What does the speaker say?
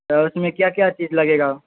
تو اس میں کیا کیا چیز لگے گا